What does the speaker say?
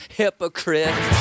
hypocrite